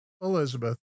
Elizabeth